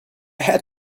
had